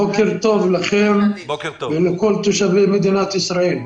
בוקר טוב לכם ולכל תושבי מדינת ישראל.